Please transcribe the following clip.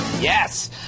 Yes